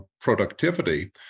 productivity